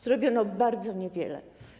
Zrobiono bardzo niewiele.